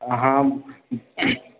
हाँ